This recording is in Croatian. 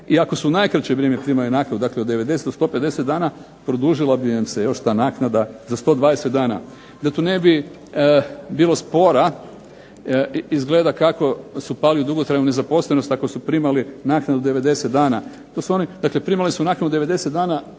I ako su najkraće vrijeme primali naknadu od 90 dana do 150 dana, produžilo bi im se još ta naknada za 120 dana. DA tu ne bi bilo spora izgleda kako su pali u dugotrajnu nezaposlenost ako su primali naknadu 90 dana, dakle primali su naknadu 90 dana